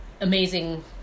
amazing